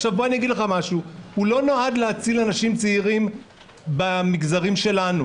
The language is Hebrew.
אגיד לך משהו: הוא לא נועד להציל אנשים צעירים במגזרים שלנו.